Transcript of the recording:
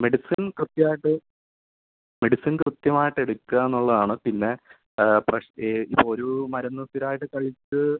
medicine കൃത്യം ആയിട്ട് medicine കൃത്യമായിട്ട് എടുക്കുക എന്നുള്ളതാണ് പിന്നെ ഫസ്റ്റ് ഇപ്പോൾ ഒരു മരുന്ന് സ്ഥിരം ആയിട്ട് കഴിച്ച്